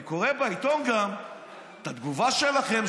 אני קורא בעיתון גם את התגובה שלכם,